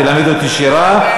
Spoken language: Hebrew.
תלמד אותי שירה,